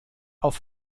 auf